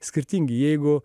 skirtingi jeigu